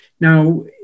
Now